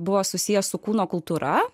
buvo susijęs su kūno kultūra